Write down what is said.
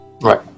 Right